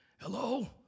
Hello